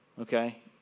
Okay